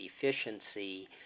efficiency